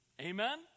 Amen